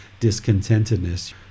discontentedness